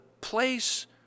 place